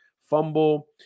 fumble